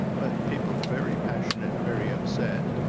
but people very passionate and very upset,